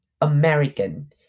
American